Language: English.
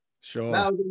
sure